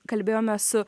kalbėjome su